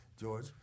George